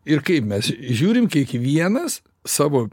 ir kaip mes žiūrim kiekvienas savo